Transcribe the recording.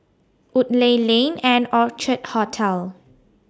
Woodleigh Lane and Orchid Hotel